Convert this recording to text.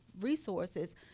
resources